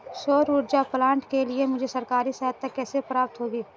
सौर ऊर्जा प्लांट के लिए मुझे सरकारी सहायता कैसे प्राप्त होगी?